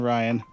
Ryan